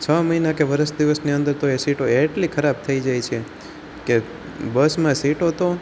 છ મહિના કે વર્ષ દિવસની અંદર તો એ સીટો એટલી ખરાબ થઈ જાય છે કે બસમાં સીટો તો